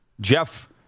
Jeff